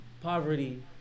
poverty